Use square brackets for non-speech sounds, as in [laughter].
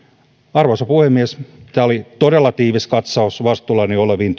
arvoisa puhemies tämä oli todella tiivis katsaus vastuullani oleviin [unintelligible]